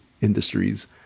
industries